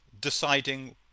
deciding